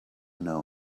know